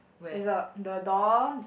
there's a the door